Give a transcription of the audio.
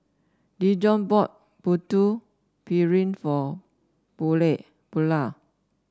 Dijon bought Putu Piring for Buelah